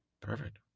perfect